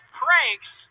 pranks